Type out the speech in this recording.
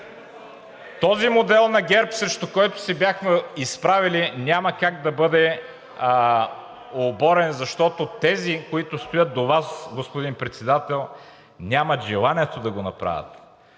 Този модел на ГЕРБ, срещу който се бяхме изправили, няма как да бъде оборен, защото тези, които стоят до Вас, господин Председател, нямат желанието да го направят